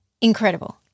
incredible